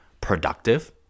productive